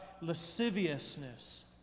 lasciviousness